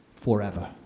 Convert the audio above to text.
forever